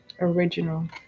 original